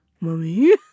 mummy